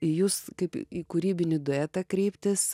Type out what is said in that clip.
į jus kaip į kūrybinį duetą kreiptis